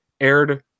aired